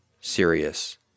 serious